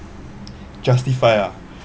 justify ah